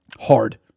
Hard